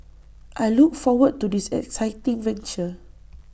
I look forward to this exciting venture